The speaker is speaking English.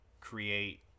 create